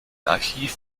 archiv